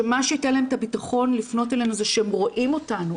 שמה שייתן להם את הבטחון לפנות אלינו זה שהם רואים אותנו,